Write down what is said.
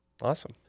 Awesome